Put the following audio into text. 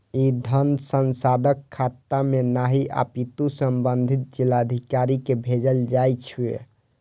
ई धन सांसदक खाता मे नहि, अपितु संबंधित जिलाधिकारी कें भेजल जाइ छै